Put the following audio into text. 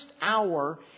hour